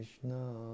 Krishna